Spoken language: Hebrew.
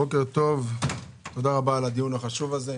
בוקר טוב, תודה רבה על הדיון החשוב הזה.